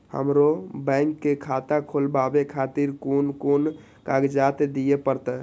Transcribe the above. हमरो बैंक के खाता खोलाबे खातिर कोन कोन कागजात दीये परतें?